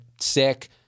sick